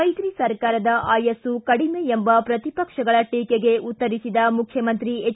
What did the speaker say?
ಮೈತ್ರಿ ಸರ್ಕಾರದ ಆಯಸ್ಸು ಕಡಿಮೆ ಎಂಬ ಪ್ರತಿಪಕ್ಷಗಳ ಟೀಕೆಗೆ ಉತ್ತರಿಸಿದ ಮುಖ್ಯಮಂತ್ರಿ ಎಚ್